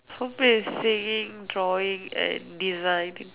probably singing drawing and designing